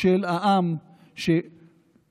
של העם שא.